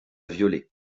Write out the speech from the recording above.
violer